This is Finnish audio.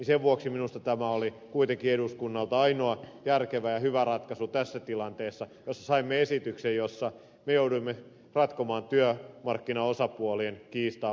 sen vuoksi minusta tämä oli kuitenkin eduskunnalta ainoa järkevä ja hyvä ratkaisu tässä tilanteessa jossa saimme esityksen jossa me jouduimme ratkomaan työmarkkinaosapuolien kiistaa valiokuntahuoneessa